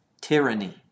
Tyranny